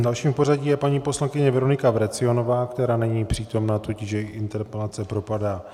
Dalším v pořadí je paní poslankyně Veronika Vrecionová, která není přítomna, tudíž její interpelace propadá.